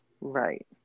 Right